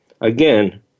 Again